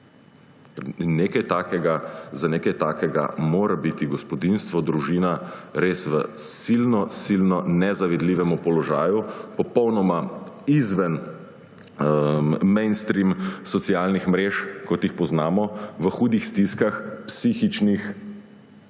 Za nekaj takega mora biti gospodinjstvo, družina v res silno silno nezavidljivem položaju, popolnoma izven mainstream socialnih mrež, kot jih poznamo, v hudih stiskah, psihičnih,